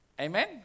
Amen